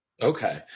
Okay